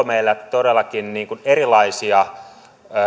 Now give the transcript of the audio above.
meillä todellakin erilaisia